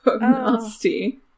nasty